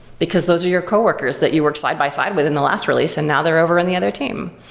because those are your co-workers that you work side-by-side with in the last release and now they're over in the other team.